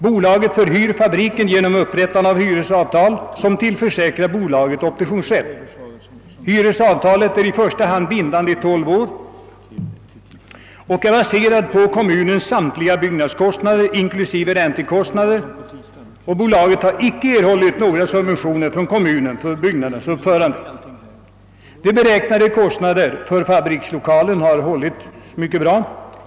Bolaget förhyr byggnaden genom upprättat hyresavtal som tillförsäkrar bolaget optionsrätt. Hyresavtalet är i första hand bindande i tolv år och är baserat på kommunens samtliga byggnadskostnader inklusive räntekostnader. Bolaget har icke erhållit några subventioner från kommunen för byggnadens uppförande. De beräknade kostnaderna för fabrikslokalen har hållit mycket väl.